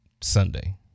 Sunday